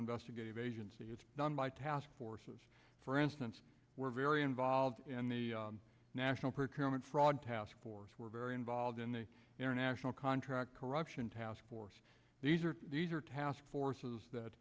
investigative agency it's done by task forces for instance were very involved in the national preparedness fraud task force were very involved in the international contract corruption task force these are these are task